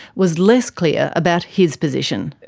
was less clear about his position.